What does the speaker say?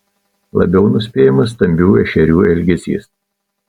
labiau nuspėjamas stambių ešerių elgesys